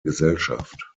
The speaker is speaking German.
gesellschaft